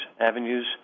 avenues